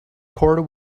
cord